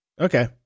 Okay